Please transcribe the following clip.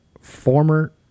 former